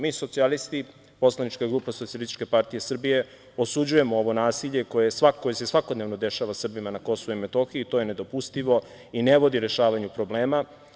Mi socijalisti, PG Socijalističke partije Srbije osuđuje ovo nasilje koje se svakodnevno dešava Srbima na Kosovu i Metohiji, to je nedopustivo i ne vodi rešavanju problema.